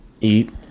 eat